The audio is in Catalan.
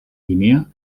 guinea